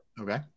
Okay